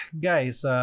guys